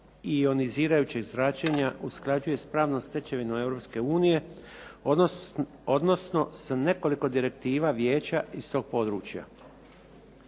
od ionizirajućeg zračenja usklađuje s pravnom stečevinom Europske unije, odnosno s nekoliko direktiva Vijeća iz tog područja.